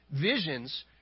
Visions